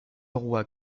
roi